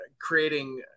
creating